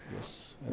Yes